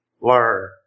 learn